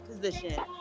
position